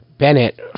Bennett